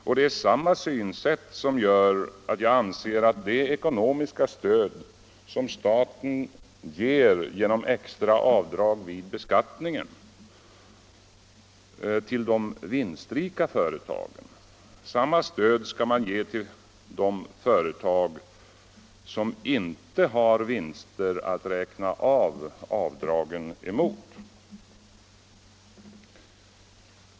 Och det är det synsättet som gör att jag anser att samma ekonomiska stöd som staten ger de vinstrika företagen genom extra avdrag vid be skattningen skall man ge till de företag som inte har vinster att räkna av avdragen emot.